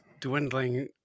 dwindling